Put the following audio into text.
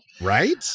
Right